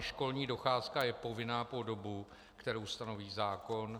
Školní docházka je povinná po dobu, kterou stanoví zákon.